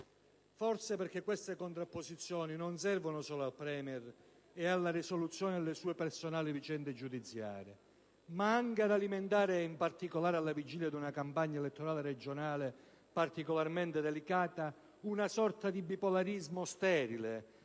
Forse perché queste contrapposizioni non servono solo al *Premier* e alla risoluzione delle sue personali vicende giudiziarie, ma anche ad alimentare, in particolare alla vigilia di una campagna elettorale regionale particolarmente delicata, un sorta di bipolarismo sterile